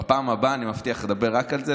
בפעם הבאה אני מבטיח לדבר רק על זה,